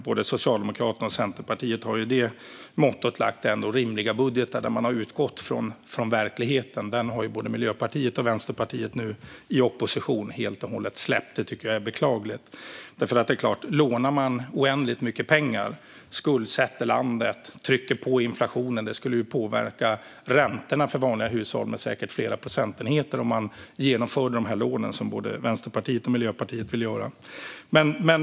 Både Socialdemokraterna och Centerpartiet har ju ändå lagt rimliga budgetar där de har utgått från verkligheten. Miljöpartiet och Vänsterpartiet har nu i opposition helt och hållet släppt verkligheten, och det tycker jag är beklagligt. Jag talar om att låna oändligt mycket pengar, skuldsätta landet och trycka på inflationen. Om man tog de lån som Vänsterpartiet och Miljöpartiet vill ta skulle det påverka räntorna för vanliga hushåll med säkert flera procentenheter.